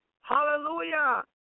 Hallelujah